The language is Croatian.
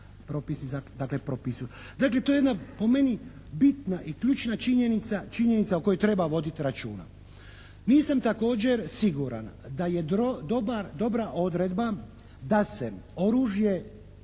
Dakle to je jedna po meni bitna i ključna činjenica, činjenica o kojoj treba voditi računa. Nisam također siguran da je dobar, dobra odredba da se oružje